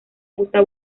gusta